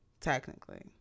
technically